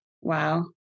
Wow